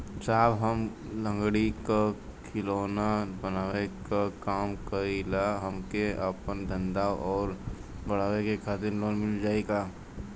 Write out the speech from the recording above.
साहब हम लंगड़ी क खिलौना बनावे क काम करी ला हमके आपन धंधा अउर बढ़ावे के खातिर लोन मिल जाई का?